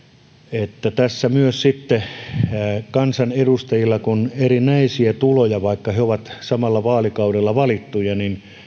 että myös sitten kun kansanedustajilla on erinäisiä tuloja vaikka he ovat samalla vaalikaudella valittuja